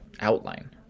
outline